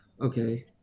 Okay